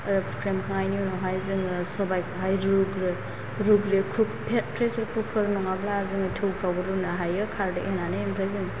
फुख्रेमखांनायनि उनावहाय जोङो सरबाइखौहाय रुग्रो रुग्रो कुक पे प्रेसार कुकार नङाब्ला जों थौफ्रावबो रुनो हायो खारदै होननानै ओमफ्राय